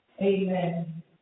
Amen